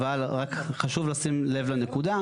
אבל רק חשוב לשים לב לנקודה,